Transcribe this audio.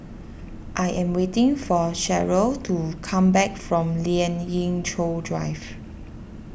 I am waiting for Cherelle to come back from Lien Ying Chow Drive